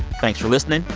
thanks for listening.